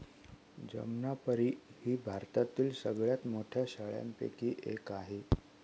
जमनापरी ही भारतातील सगळ्यात मोठ्या शेळ्यांपैकी एक आहे